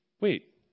wait